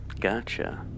Gotcha